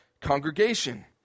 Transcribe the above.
congregation